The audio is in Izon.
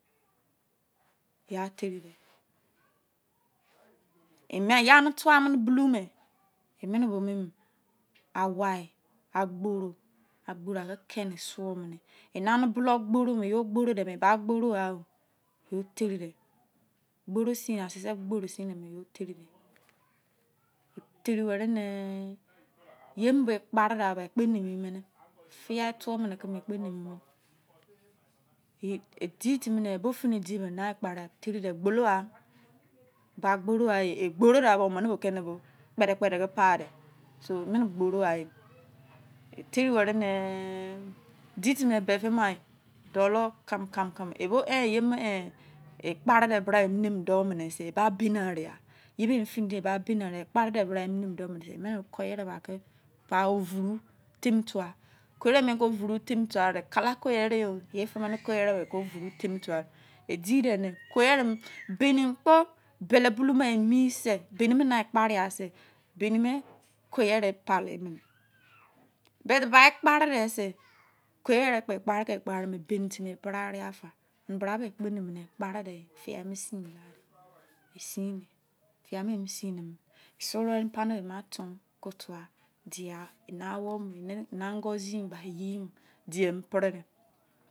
Ya teni deh ya tua bulu me omene me awin agboro ke kene agboro bai agboro teri de teri weni tie bo kpa ri da teri wene yie bo kpa ri da ba ekpo nupu mene foq fuo mene keme ekpo nuun mena edi dimi be sai kpame ekpo munu nun ba gboro ah gboro the beh o mene ba ope kpe ke bbq deh so emene gboro ya teni were ne dolo kpane hum du mene sei ye bo fini sei e ba bini ariya pa vuru temi fua oko yere ke vuru fei mi tua ke yee femene ko ye re bini kpo bori bulu ma mi sei bim sai kpane si bini me ko yere palinene but ba kpane den sei koyere bini pali ya fa kpare dil ria sa